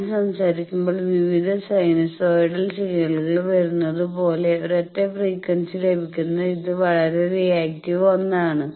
ഞാൻ സംസാരിക്കുമ്പോൾ വിവിധ സിനുസോയ്ഡൽ സിഗ്നലുകൾ വരുന്നത് പോലെ ഒരൊറ്റ ഫ്രീക്വൻസി ലഭിക്കുന്ന ഇത് വളരെ റിയാക്ടീവായ ഒന്നാണ്